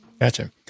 Gotcha